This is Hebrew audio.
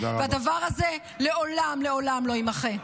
והדבר הזה לעולם לעולם לא יימחה.